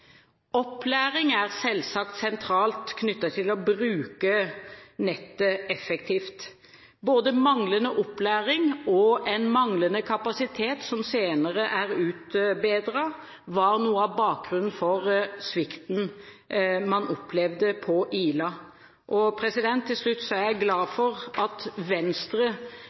Opplæring er selvsagt sentralt knyttet til å bruke nettet effektivt. Både manglende opplæring og en manglende kapasitet som senere er utbedret, var noe av bakgrunnen for svikten man opplevde på Ila. Til slutt: Jeg er glad for at Venstre